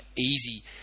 easy